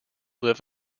live